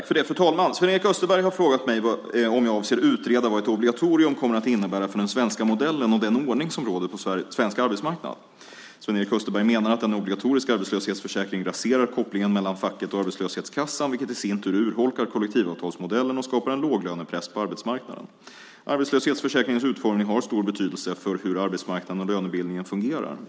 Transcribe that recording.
Fru talman! Sven-Erik Österberg har frågat mig om jag avser att utreda vad ett obligatorium kommer att innebära för den svenska modellen och den ordning som råder på svensk arbetsmarknad. Sven-Erik Österberg menar att en obligatorisk arbetslöshetsförsäkring raserar kopplingen mellan facket och arbetslöshetskassan, vilket i sin tur urholkar kollektivavtalsmodellen och skapar en låglönepress på arbetsmarknaden. Arbetslöshetsförsäkringens utformning har stor betydelse för hur arbetsmarknaden och lönebildningen fungerar.